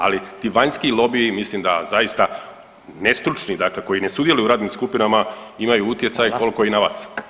Ali, ti vanjski lobiji mislim da zaista, nestručni, dakle koji ne sudjeluju u radnim skupinama imaju utjecaj koliko i na vas.